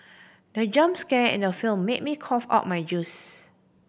the jump scare in the film made me cough out my juice